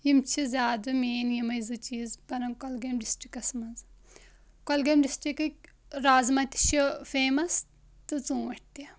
یِم چھِ زیادٕ مین یِمٕے زٕ چیٖز بنان گۄلگٲمۍ ڈسٹرکٹس منٛز گۄلگٲمۍ ڈسٹرکٕکۍ رازما تہِ چھِ فیمس تہٕ ژوٗنٛٹھۍ تہِ